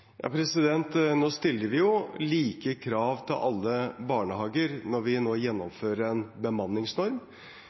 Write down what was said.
stiller jo like krav til alle barnehager når vi nå gjennomfører en bemanningsnorm.